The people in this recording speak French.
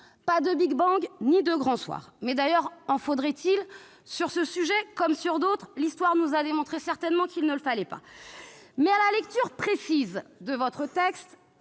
pas de big-bang ni de grand soir. Mais d'ailleurs, en faudrait-il ? Sur ce sujet comme sur d'autres, l'histoire nous a démontré certainement qu'il ne le fallait pas. À la lecture précise de votre texte,